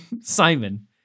Simon